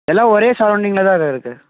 எல்லாம் ஒரே சரௌண்டிங்கில்தான்க்கா இருக்குது